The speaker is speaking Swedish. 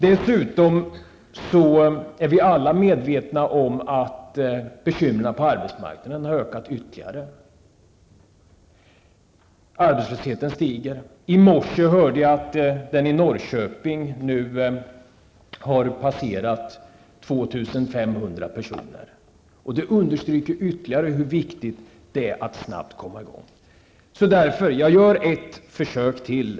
Dessutom, och det är vi ju alla medvetna om, har det blivit ännu mera bekymmersamt på arbetsmarknaden. Arbetslösheten stiger. I morse hörde jag att antalet arbetslösa i Norrköping nu har passerat siffran 2 500. Det understryker ytterligare hur viktigt det är att snabbt komma i gång med erforderliga åtgärder. Därför gör jag ett försök till.